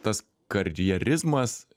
tas karjerizmas